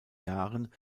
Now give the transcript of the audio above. jahren